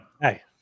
Hey